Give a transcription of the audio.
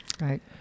Right